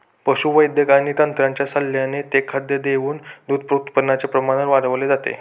पशुवैद्यक आणि तज्ञांच्या सल्ल्याने ते खाद्य देऊन दूध उत्पादनाचे प्रमाण वाढवले जाते